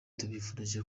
tubifurije